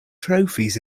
trophies